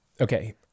Okay